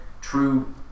true